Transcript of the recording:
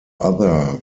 other